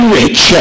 rich